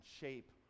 shape